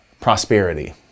prosperity